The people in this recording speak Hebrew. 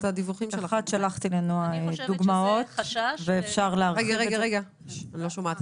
שלחתי לנעה בן שבת דוגמאות ואפשר להרחיב על כך.